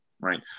right